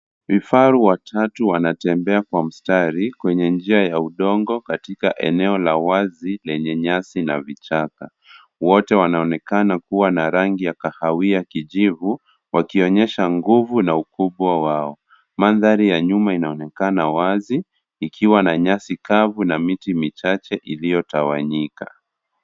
Vifaru watatu wanatembea kwa mstari kwenye njia ya udongo katika eneo la wazi lenye nyasi na vichaka. Wote wanaonekana kuwa na rangi ya kahawia kijivu wakionyesha nguvu na ukubwa wao. Mandhari ya nyuma inaonekana wazi ikiwa na nyasi kavu na miti michache iliyotawanyika.